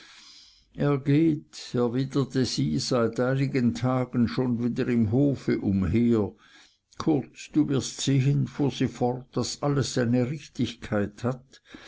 er geht erwiderte sie seit einigen tagen schon wieder im hofe umher kurz du wirst sehen fuhr sie fort daß alles seine richtigkeit hat